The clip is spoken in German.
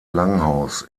langhaus